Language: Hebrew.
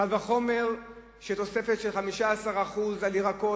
קל וחומר שתוספת של 15% על ירקות,